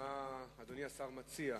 מה אדוני השר מציע?